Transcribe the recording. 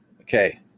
Okay